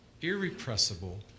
irrepressible